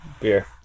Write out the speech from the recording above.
Beer